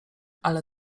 ale